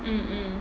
mm mm